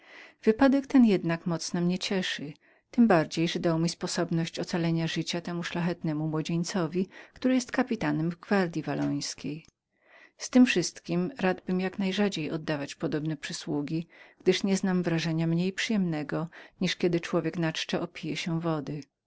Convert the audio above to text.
wypadek ten jednak mocno mnie cieszy tem bardziej że podał mi sposobność ocalenia życia temu szlachetnemu młodzieńcowi który jest kapitanem w gwardyi wallońskiej ztem wszystkiem radbym jak najrzadziej oddawać podobne przysługi gdyż nie znam wrażenia mniej przyjemnego jak gdy człowiek na czczo opije się wody